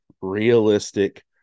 realistic